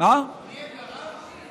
נהיית רב?